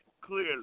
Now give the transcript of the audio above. clearly